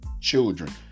children